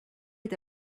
est